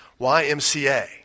YMCA